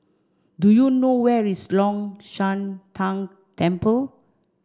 do you know where is Long Shan Tang Temple